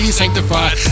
sanctified